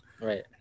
Right